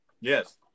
Yes